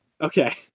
Okay